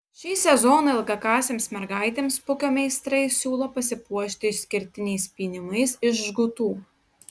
šį sezoną ilgakasėms mergaitėms pukio meistrai siūlo pasipuošti išskirtiniais pynimais iš žgutų